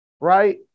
right